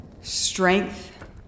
strength